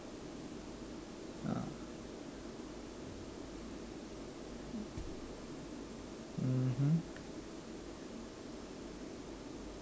ah mmhmm